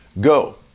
go